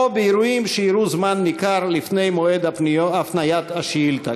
או באירועים שאירעו זמן ניכר לפני מועד הפניית השאילתה".